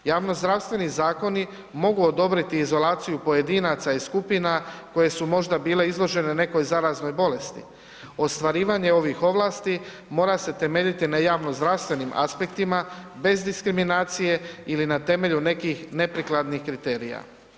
Javnozdravstveni zakoni mogu odobriti izolaciju pojedinaca i skupina koje su možda bile izložene nekoj zaraznoj bolesti, ostvarivanje ovih ovlasti mora se temeljiti na javnozdravstvenim aspektima bez diskriminacije ili na temelju nekih neprikladnih kriterija.